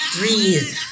Breathe